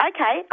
Okay